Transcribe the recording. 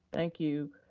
thank you.